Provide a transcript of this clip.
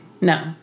No